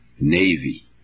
Navy